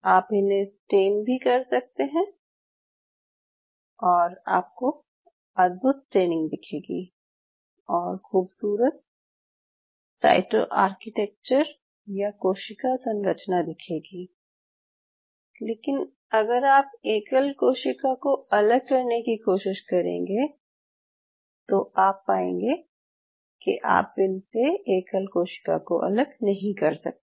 आप इन्हें स्टेन भी कर सकते हैं और आपको अद्भुत स्टेनिंग दिखेगी और ख़ूबसूरत सायटो आर्किटेकचर या कोशिका संरचना दिखेगी लेकिन अगर आप एकल कोशिका को अलग करने की कोशिश करेंगे तो आप पायेंगे कि आप इनसे एकल कोशिका को अलग नहीं कर सकते